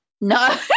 No